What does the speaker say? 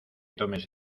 tomes